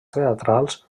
teatrals